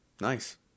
Nice